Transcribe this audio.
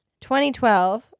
2012